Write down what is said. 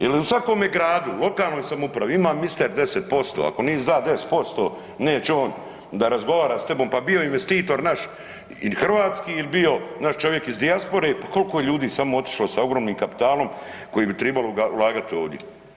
Jer u svakome gradu, lokalnoj samoupravi ima mister 10% ako nisi da 10% neće on da razgovara s tebom pa bio investitor naš ili hrvatski ili bio naš čovjek iz dijaspore, pa koliko je ljudi samo otišlo s ogromnim kapitalom koji bi tribalo ulagati ovdje.